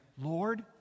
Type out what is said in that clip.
Lord